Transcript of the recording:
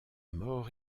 mort